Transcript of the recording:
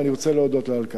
ואני רוצה להודות לה על כך.